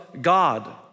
God